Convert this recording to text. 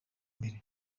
mbere